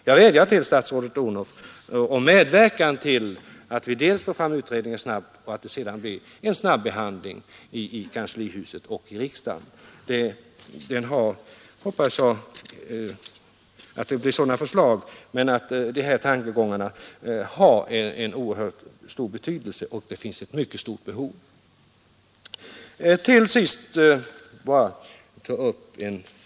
Jag vädjar till statsrådet Odhnoff om medverkan till dels att man snabbt får fram utredningens resultat, dels att det blir en snabbehandling i kanslihuset och i riksdagen. Jag hoppas att det skall bli positiva förslag, eftersom dessa saker har en oerhört stor betydelse och det finns ett mycket stort behov av platser för vård och rehabilitering i enskilt hem.